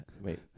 Wait